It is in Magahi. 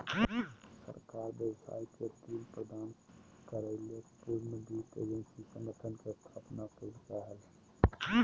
सरकार व्यवसाय के ऋण प्रदान करय ले पुनर्वित्त एजेंसी संगठन के स्थापना कइलके हल